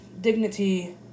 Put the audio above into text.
dignity